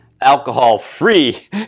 alcohol-free